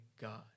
God